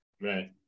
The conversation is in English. right